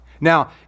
Now